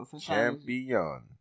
champion